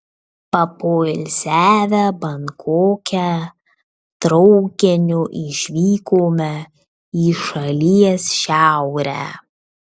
papoilsiavę bankoke traukiniu išvykome į šalies šiaurę